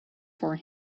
for